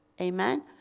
Amen